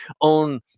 own